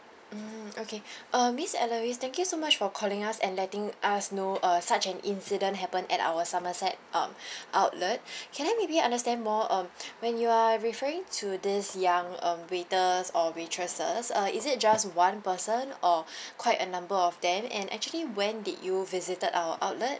mm okay uh miss alarise thank you so much for calling us and letting us know uh such an incident happened at our somerset um outlet can I maybe understand more um when you are referring to this young um waiters or waitresses uh is it just one person or quite a number of them and actually when did you visited our outlet